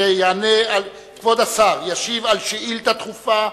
כבוד השר ישיב על שאילתא דחופה,